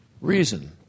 reason